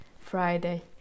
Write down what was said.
Friday